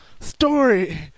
story